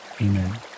Amen